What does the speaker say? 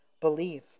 believe